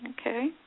Okay